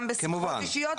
גם בשיחות אישיות,